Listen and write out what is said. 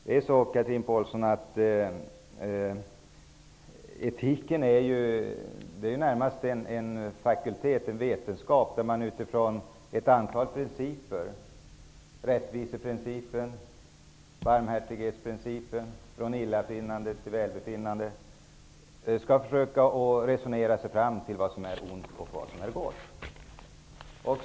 Etiken, Chatrine Pålsson, är närmast en fakultet, en vetenskap där man utifrån ett antal principer -- rättviseprincipen och barmhärtighetsprincipen, från illafinnande till välbefinnande -- skall försöka att resonera sig fram till vad som är ont och vad som är gott.